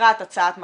לקראת הצעת מחליטים.